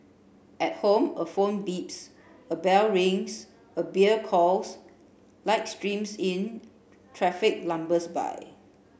at home a phone beeps a bell rings a beer calls light streams in traffic lumbers by